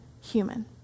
human